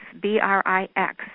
B-R-I-X